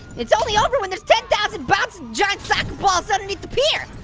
it's only over when there's ten thousand bouncing giant soccer balls underneath the pier.